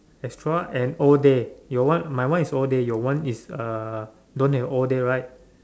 extra and all day your one my one is all day your one is uh don't have all day right